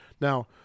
Now